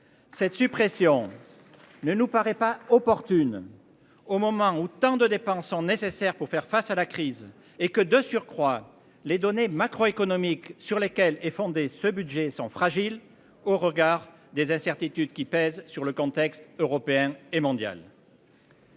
Cette suppression. Ne nous paraît pas opportune. Au moment où tant de dépenses sont nécessaires pour faire face à la crise et que de surcroît les données macroéconomiques sur lesquelles est fondée, ce budget sont fragiles, au regard des incertitudes qui pèsent sur le contexte européen et mondial.--